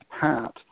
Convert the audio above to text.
Pat